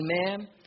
Amen